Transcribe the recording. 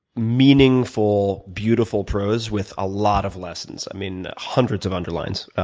meaningful, beautiful prose with a lot of lessons i mean hundreds of underlines,